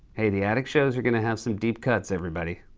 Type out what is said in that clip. hey, the attic shows are going to have some deep cuts, everybody.